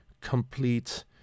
complete